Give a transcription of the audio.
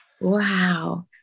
Wow